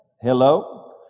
Hello